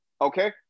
okay